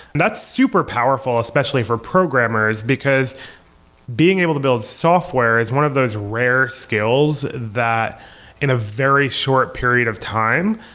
that's super powerful, especially for programmers because being able to build software is one of those rare skills that in a very short period of time,